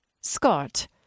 Scott